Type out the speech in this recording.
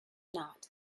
not